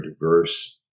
diverse